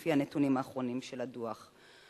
לפי הנתונים האחרונים של הדוח.